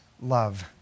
love